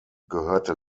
gehörte